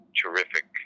terrific